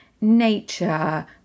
nature